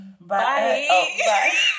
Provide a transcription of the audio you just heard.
Bye